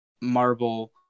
marble